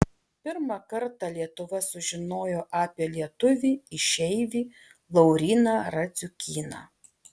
pirmą kartą lietuva sužinojo apie lietuvį išeivį lauryną radziukyną